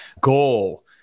goal